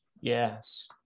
Yes